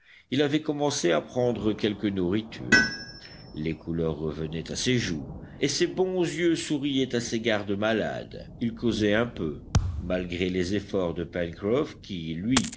il avait commencé à prendre quelque nourriture les couleurs revenaient à ses joues et ses bons yeux souriaient à ses gardesmalades il causait un peu malgré les efforts de pencroff qui lui